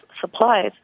supplies